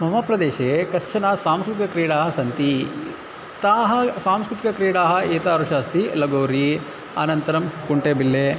मम प्रदेशे कश्चन सांस्कृतिकक्रीडाः सन्ति ताः सांस्कृतिकक्रीडाः एतादृशाः अस्ति लगोरि अनन्तरं कुण्टेबिल्ले